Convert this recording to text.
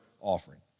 offering